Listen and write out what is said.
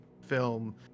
film